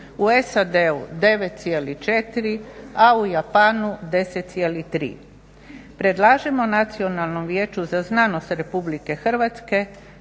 u SAD-u 9,4, a u Japanu 10,3. Predlažemo Nacionalnom vijeću za znanost Republike Hrvatske